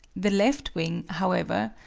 the left wing, however,